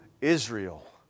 Israel